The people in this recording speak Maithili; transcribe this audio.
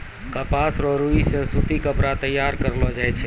कपास रो रुई से सूती कपड़ा तैयार करलो जाय छै